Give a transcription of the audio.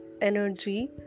energy